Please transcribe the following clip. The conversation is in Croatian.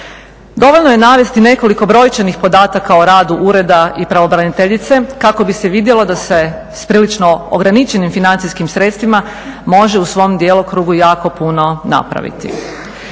Dovoljno je navesti nekoliko brojčanih podataka o radu ureda i pravobraniteljice kako bi se vidjelo da se s prilično ograničenim financijskim sredstvima može u svom djelokrugu jako puno napraviti.